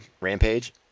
Rampage